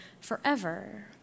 forever